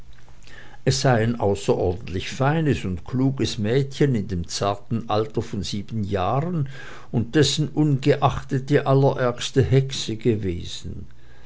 es sei ein außerordentlich feines und kluges mädchen in dem zarten alter von sieben jahren und dessenungeachtet die allerärgste hexe gewesen